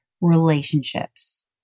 Relationships